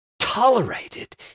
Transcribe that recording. tolerated